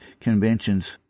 conventions